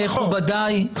מכובדיי,